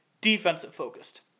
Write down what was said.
defensive-focused